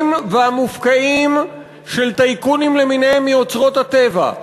והמופקעים של טייקונים למיניהם מאוצרות הטבע.